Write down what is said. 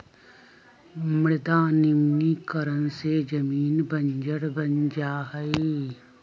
मृदा निम्नीकरण से जमीन बंजर बन जा हई